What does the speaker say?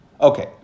Okay